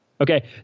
Okay